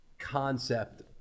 concept